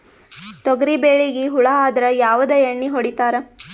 ತೊಗರಿಬೇಳಿಗಿ ಹುಳ ಆದರ ಯಾವದ ಎಣ್ಣಿ ಹೊಡಿತ್ತಾರ?